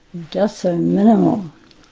just so minimal,